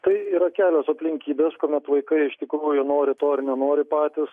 tai yra kelios aplinkybės kuomet vaikai iš tikrųjų nori to ar nenori patys